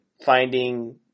finding